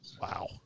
Wow